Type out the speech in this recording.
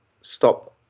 stop